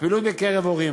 הפעילות בקרב הורים,